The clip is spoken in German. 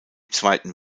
zweiten